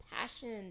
passion